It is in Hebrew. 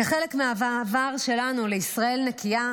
כחלק מהמעבר שלנו לישראל נקייה,